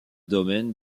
domaine